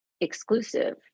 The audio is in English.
Exclusive